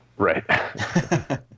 Right